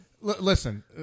Listen